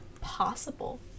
possible